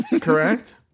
Correct